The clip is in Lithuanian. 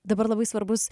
dabar labai svarbus